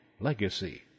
legacy